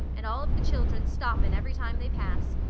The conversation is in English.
and all of the children stoppin' every time they pass,